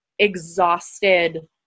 exhausted